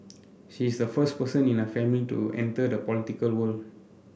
she is the first person in her family to enter the political world